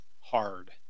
hard